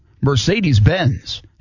Mercedes-Benz